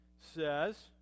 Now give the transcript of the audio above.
says